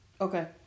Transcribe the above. Okay